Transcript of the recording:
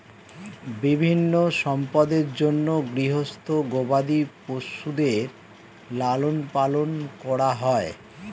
বিভিন্ন সম্পদের জন্যে গৃহস্থ গবাদি পশুদের লালন পালন করা হয়